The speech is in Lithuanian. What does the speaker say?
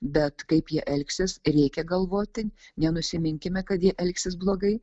bet kaip jie elgsis reikia galvoti nenusiminkime kad jie elgsis blogai